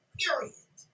period